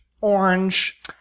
Orange